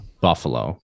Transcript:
Buffalo